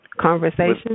Conversation